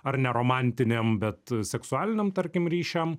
ar ne romantiniam bet seksualiniam tarkim ryšiam